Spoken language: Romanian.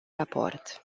raport